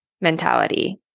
mentality